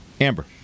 Amber